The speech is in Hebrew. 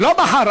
לא מחר.